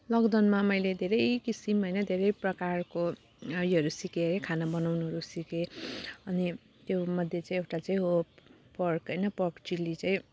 लकडाउनमा मैले धेरै किसिम होइन धेरै प्रकारको योहरू सिकेँ है खाना बनाउनुहरू सिकेँ अनि त्यो मध्ये चाहिँ एउटा चाहिँ हो पर्क होइन पर्क चिल्ली चाहिँ